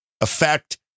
effect